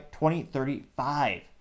2035